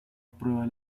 aprueba